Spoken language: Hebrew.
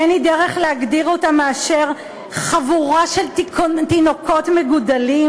אין לי דרך להגדיר אותה אלא כחבורה של תינוקות מגודלים.